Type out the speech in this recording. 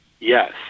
Yes